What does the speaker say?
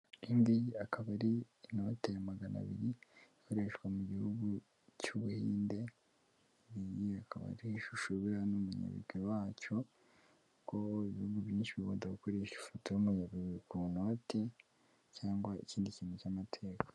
Iyi ngiyi akaba ari inote ya magana abiri ikoreshwa mu gihugu cy'Ubuhinde, iyi akaba ari ishuwe buriya ni umunyabigwi wacyo, kuko ibihugu byinshi bibanza gukoresha ifoto y'umunyabigwi ku inote, cyangwa ikindi kintu cy'amateka.